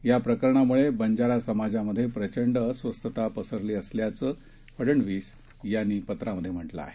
या प्रकरणामुळे बंजारा समाजात प्रचंड अस्वस्थता पसरली असल्याचं फडणवीस यांनी पत्रात म्हटलं आहे